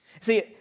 See